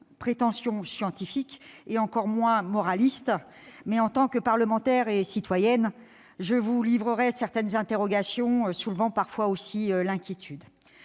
prétention scientifique et encore moins moraliste ; mais, en tant que parlementaire et comme citoyenne, je vous livrerai certaines interrogations, qui, parfois, soulèvent des inquiétudes.